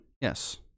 yes